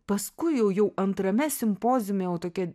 paskui jau jau antrame simpoziume jau tokie